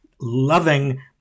loving